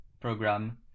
program